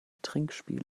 trinkspiel